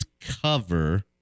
cover